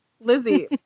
Lizzie